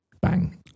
bang